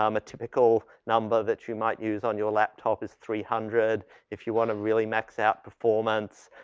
um a typical number that you might use on your laptop is three hundred if you want to really max out performance,